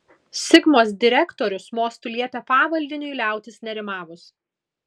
sigmos direktorius mostu liepė pavaldiniui liautis nerimavus